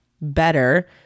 better